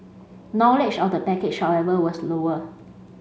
knowledge of the package however was lower